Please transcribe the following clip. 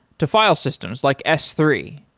to file systems like s three.